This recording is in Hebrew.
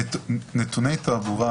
"נתוני תעבורה",